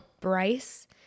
Bryce